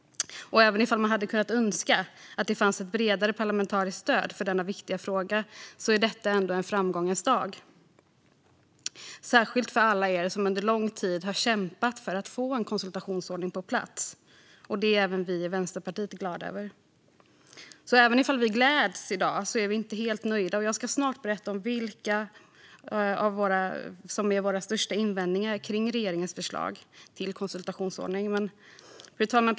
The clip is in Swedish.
Även om vi hade önskat att det fanns ett bredare parlamentariskt stöd för denna viktiga fråga är detta ändå en framgångens dag, särskilt för alla dem som under lång tid har kämpat för att få en konsultationsordning på plats. Även vi i Vänsterpartiet är glada. Men även om vi gläds i dag är vi inte nöjda, och jag ska snart berätta om vilka våra största invändningar är mot regeringens förslag till konsultationsordning. Fru talman!